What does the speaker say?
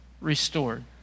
restored